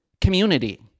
community